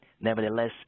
Nevertheless